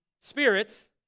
spirits